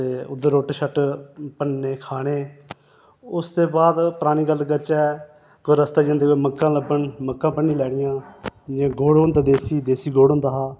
ते उद्धर रुट्ट शुट्ट भन्नने खाने उसदे बाद परानी गल्ल करचै कोई रस्ते जंदे कोई मक्कां लब्भन मक्कां भन्नी लैनियां जि'यां गुड़ होंदा देसी देसी गुड होंदा हा